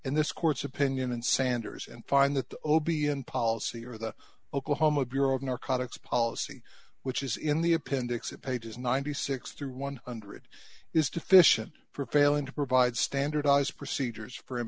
in this court's opinion and sanders and find that the obion policy or the oklahoma bureau of narcotics policy which is in the appendix of pages ninety six through one hundred is deficient for failing to provide standardized procedures for im